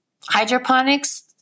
hydroponics